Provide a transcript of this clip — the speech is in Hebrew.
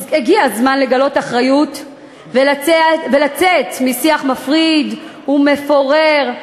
הגיע הזמן לגלות אחריות ולצאת משיח מפריד ומפורר,